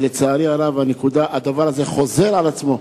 ולצערי הרב, הדבר הזה חוזר על עצמו.